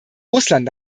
russland